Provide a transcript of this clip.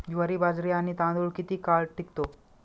ज्वारी, बाजरी आणि तांदूळ किती काळ टिकतो?